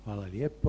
Hvala lijepo.